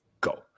go